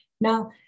Now